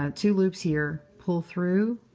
ah two loops here. pull through,